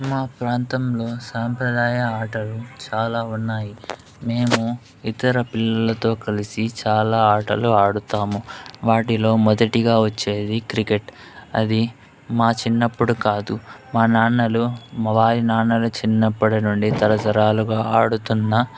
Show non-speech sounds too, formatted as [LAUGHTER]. మా ప్రాంతంలో సాంప్రదాయ ఆటలు చాలా ఉన్నాయి మేము ఇతర పిల్లలతో కలిసి చాలా ఆటలు ఆడుతాము వాటిలో మొదటిగా వచ్చేది క్రికెట్ అది మా చిన్నప్పుడు కాదు మా నాన్నలు [UNINTELLIGIBLE] నాన్నల చిన్నప్పటి నుండి తరతరాలుగా ఆడుతున్న